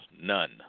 none